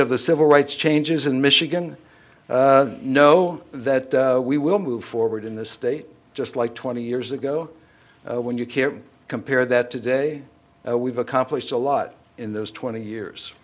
of the civil rights changes in michigan know that we will move forward in this state just like twenty years ago when you can't compare that today we've accomplished a lot in those twenty